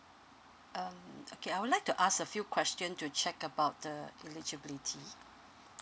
um okay I would like to ask a few questions to check about the eligibility